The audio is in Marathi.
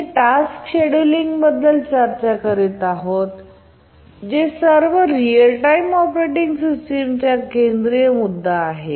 आम्ही टास्क शेड्यूलिंगबद्दल चर्चा करीत आहोत जे सर्व रीअल टाइम ऑपरेटिंग सिस्टमचा केंद्रीय मुद्दा आहे